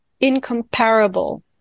incomparable